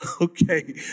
Okay